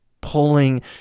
pulling